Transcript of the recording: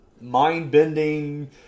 mind-bending